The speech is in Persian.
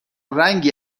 رنگی